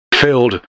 filled